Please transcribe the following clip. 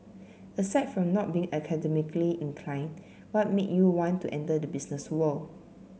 aside from not being academically inclined what made you want to enter the business world